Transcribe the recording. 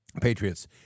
Patriots